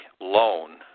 loan